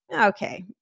Okay